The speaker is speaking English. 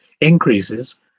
increases